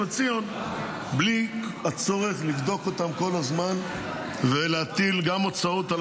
לציון בלי הצורך לבדוק אותם כל הזמן ולהטיל גם הוצאות על